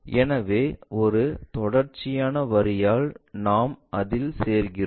எனவே ஒரு தொடர்ச்சியான வரியால் நாம் அதில் சேர்கிறோம்